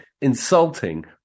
insulting